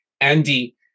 Andy